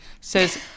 says